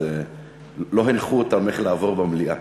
לא הנחו אותם איך לעבור במליאה.